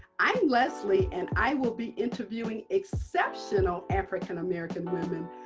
i'm leslie, and i will be interviewing exceptional african-american women,